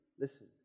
Listen